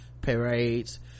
parades